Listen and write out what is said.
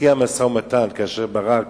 בשיא המשא-ומתן, כאשר ברק